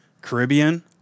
Caribbean